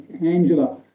Angela